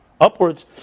upwards